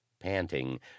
Panting